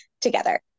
together